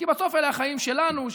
כי בסוף אלה החיים שלנו,